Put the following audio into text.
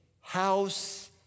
house